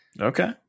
Okay